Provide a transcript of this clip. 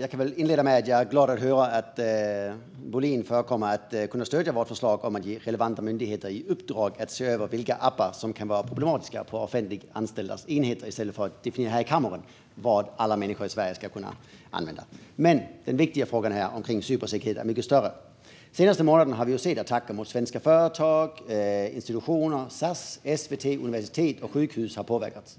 Jag kan inleda med att säga att jag är glad över att Carl-Oskar Bohlin förefaller kunna stödja vårt förslag om att ge relevanta myndigheter i uppdrag att se över vilka appar som kan vara problematiska på offentliganställdas enheter i stället för att här i kammaren slå fast vilka appar alla människor i Sverige ska kunna använda. Men den viktiga frågan om cybersäkerhet är mycket större. Den senaste månaden har vi sett attacker mot svenska företag och institutioner. SAS, SVT, universitet och sjukhus har påverkats.